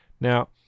Now